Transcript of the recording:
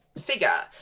figure